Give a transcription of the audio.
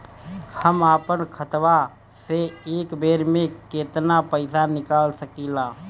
हम आपन खतवा से एक बेर मे केतना पईसा निकाल सकिला?